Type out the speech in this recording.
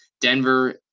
Denver –